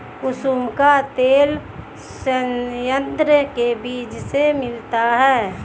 कुसुम का तेल संयंत्र के बीज से मिलता है